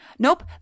Nope